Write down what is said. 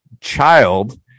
child